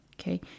Okay